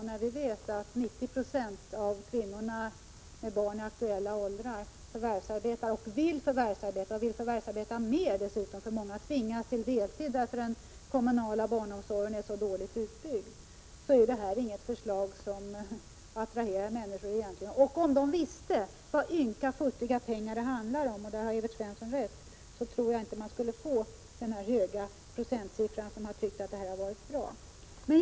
När vi vet att 90 26 av kvinnorna med barn i aktuella åldrar vill förvärvsarbeta och dessutom vill förvärvsarbeta mer, eftersom många tvingas till deltid för att den kommunala barnomsorgen är då dåligt utbyggd, är detta inget förslag som attraherar människor. Och om de visste hur ynka litet pengar det handlar om — där har Evert Svensson rätt — tror jag inte att en så stor procent som det sägs skulle tycka att förslaget är bra.